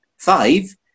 Five